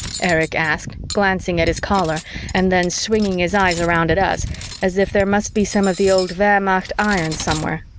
erich asked, glancing at his caller and then swinging his eyes around at us as if there must be some of the old wehrmacht iron somewhere.